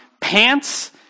pants